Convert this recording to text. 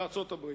בארצות-הברית.